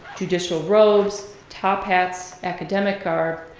judicial robes, top hats, academic garb,